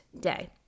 day